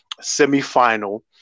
semi-final